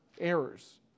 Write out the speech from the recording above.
errors